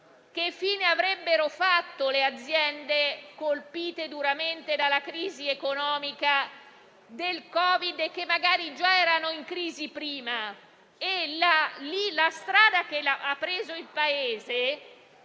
che fine avrebbero fatto le aziende colpite duramente dalla crisi economica per il Covid-19 e che magari lo erano già prima